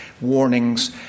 warnings